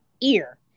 ear